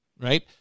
right